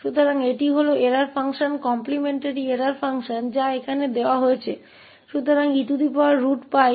तो यह error function है कॉम्प्लिमेंट्री एरर फंक्शन जो बिल्कुल यहाँ दिया गया है